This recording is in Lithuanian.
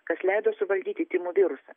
kas leido suvaldyti tymų virusą